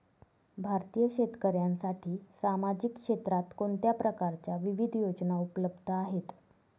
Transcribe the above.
भारतीय शेतकऱ्यांसाठी सामाजिक क्षेत्रात कोणत्या प्रकारच्या विविध योजना उपलब्ध आहेत?